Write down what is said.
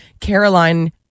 Caroline